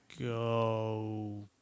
go